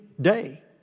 day